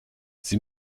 sie